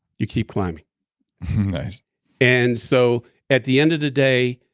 you keep climbing nice and so at the end of the day,